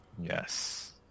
Yes